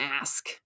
ask